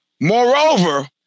Moreover